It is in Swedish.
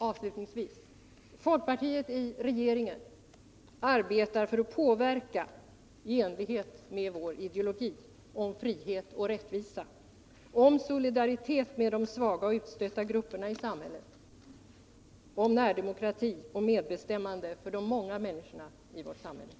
Avslutningsvis: Folkpartiet i regeringen arbetar för att påverka i enlighet med vår ideologi om frihet och rättvisa, om solidaritet med de svaga och utstötta grupperna i samhället, om närdemokrati och medbestämmande för de många människorna i vårt land.